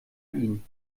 ihn